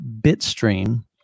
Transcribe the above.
bitstream